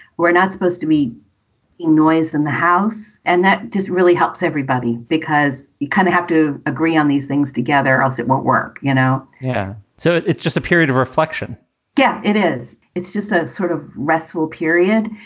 we're not supposed to be in noise in the house. and that just really helps everybody, because you kind of have to agree on these things together. it won't work, you know? yeah. so it's just a period of reflection yeah, it is. it's just a sort of restful period.